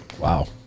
wow